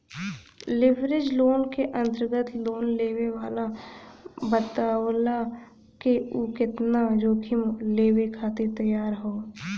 leverage loan क अंतर्गत loan लेवे वाला बतावला क उ केतना जोखिम लेवे खातिर तैयार हौ